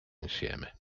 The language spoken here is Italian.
insieme